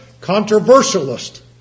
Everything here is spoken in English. controversialist